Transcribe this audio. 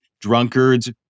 drunkards